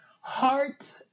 Heart